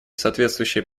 соответствующие